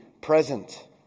present